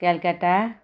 Calcutta